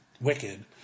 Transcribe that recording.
Wicked